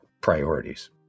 priorities